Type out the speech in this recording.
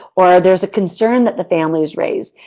or there's a concern that the family has raise.